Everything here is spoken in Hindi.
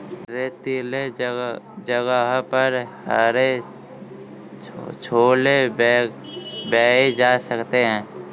रेतीले जगह पर हरे छोले बोए जा सकते हैं